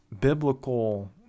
biblical